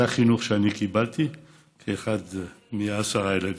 זה החינוך שקיבלתי כאחד מעשרה ילדים.